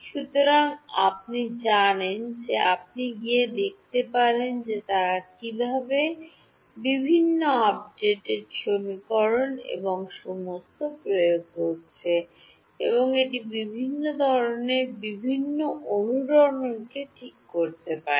সুতরাং আপনি জানেন যে আপনি গিয়ে দেখতে পারেন যে তারা কীভাবে বিভিন্ন আপডেট সমীকরণ এবং সমস্ত প্রয়োগ করেছে এবং এটি বিভিন্ন ধরণের বিভিন্ন অনুরণনকে ঠিক করতে পারে